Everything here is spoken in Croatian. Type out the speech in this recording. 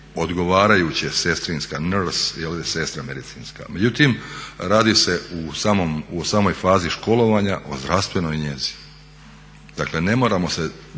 odgovarajuće sestrinska, nurse je ovdje sestra medicinska. Međutim, radi se u samoj fazi školovanja o zdravstvenoj njezi. Dakle ne moramo se